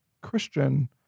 Christian